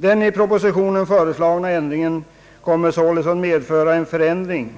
Den i propositionen föreslagna ändringen kommer således att innebära den förändringen,